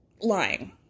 lying